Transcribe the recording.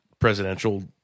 presidential